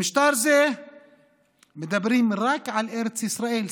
במשטר זה מדברים רק על ארץ ישראל.